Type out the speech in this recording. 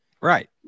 Right